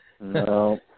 No